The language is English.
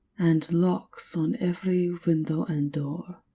and locks on every window and door.